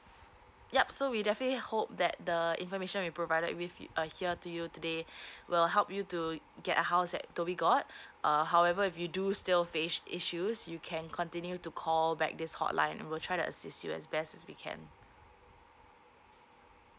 yup so we definitely hope that the information we provided with you uh here to you today will help you to get a house at dhoby ghaut err however if you do still face issues you can continue to call back this hotline and we'll try to assist you as best as we can